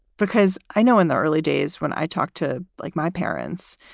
because i know in the early days when i talked to like my parents,